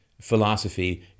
philosophy